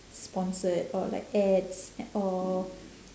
sponsored or like ads a~ or